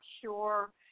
sure